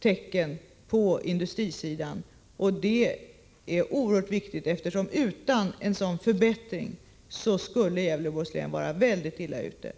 till ljusningar på industrisidan. Detta är oerhört viktigt. Utan en sådan förbättring skulle Gävleborgs län vara mycket illa ute.